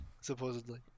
Supposedly